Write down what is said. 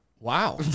Wow